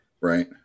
right